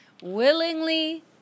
Willingly